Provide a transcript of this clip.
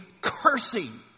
cursing